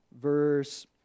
Verse